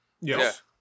Yes